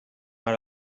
ara